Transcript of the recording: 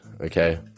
okay